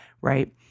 right